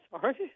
sorry